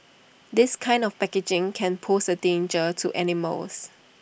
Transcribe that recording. this kind of packaging can pose A danger to animals